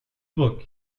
book